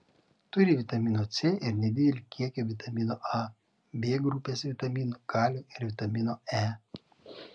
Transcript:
turi vitamino c ir nedidelį kiekį vitamino a b grupės vitaminų kalio ir vitamino e